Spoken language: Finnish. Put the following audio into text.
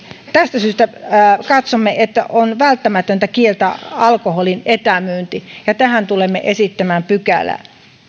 tästä syystä katsomme että on välttämätöntä kieltää alkoholin etämyynti ja tähän tulemme esittämään pykälää